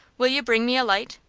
will you bring me a light?